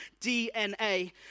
DNA